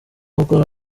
gukora